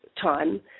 time